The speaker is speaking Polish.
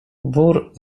wór